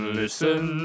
listen